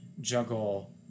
juggle